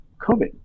COVID